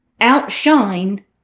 outshine